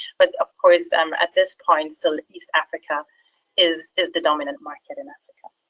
but of course um at this point still east africa is is the dominant market in africa.